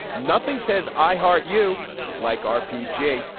nothing says i heart you like rpg.